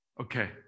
Okay